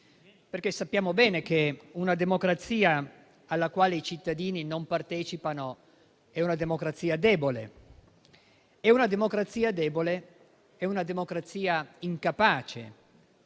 perché sappiamo bene che una democrazia alla quale i cittadini non partecipano è una democrazia debole; e una democrazia debole è una democrazia incapace